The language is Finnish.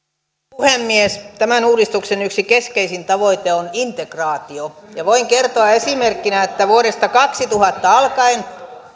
puhemies tämän uudistuksen yksi keskeisin tavoite on integraatio voin kertoa esimerkkinä että vuodesta kaksituhatta alkaen